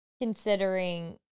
considering